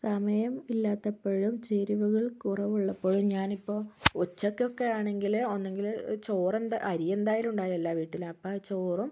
സമയം ഇല്ലാത്തപ്പോഴും ചേരുവകൾ കുറവ് ഉള്ളപ്പോഴും ഞാനിപ്പോൾ ഉച്ചക്ക് ഒക്കെ ആണെങ്കിൽ ഒന്നെങ്കിൽ ചോറ് അരി എന്തായാലും ഉണ്ടാകുമല്ലോ എല്ലാവീട്ടിലും അപ്പം ചോറും